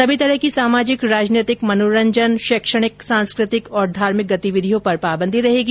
सभी तरह की सामाजिक राजनैतिक मनोरंजन शैक्षणिक सांस्कृतिक और धार्मिक गतिविधियों पर पाबंदी रहेगी